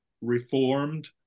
Reformed